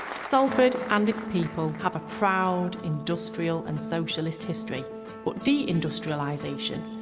salford and its people have a proud industrial and so sorelyist history but deindustrialisation,